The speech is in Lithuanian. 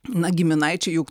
na giminaičiai juk